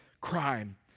crime